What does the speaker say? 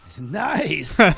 nice